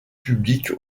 publique